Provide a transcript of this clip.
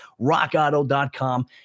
rockauto.com